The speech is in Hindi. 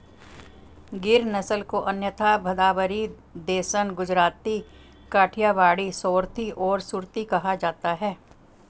गिर नस्ल को अन्यथा भदावरी, देसन, गुजराती, काठियावाड़ी, सोरथी और सुरती कहा जाता है